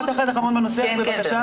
משפט אחרון בנושא בבקשה.